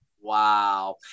Wow